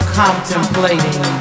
contemplating